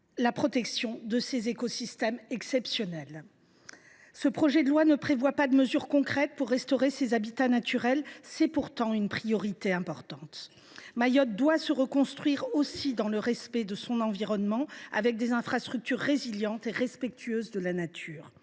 la protection de ces écosystèmes exceptionnels. Or ce projet de loi ne contient pas de mesures concrètes pour restaurer ces habitats naturels. C’est pourtant une priorité importante. Mayotte doit se reconstruire aussi dans le respect de son environnement, avec des infrastructures résilientes et respectueuses de la nature.